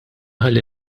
ħalli